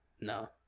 No